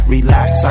Relax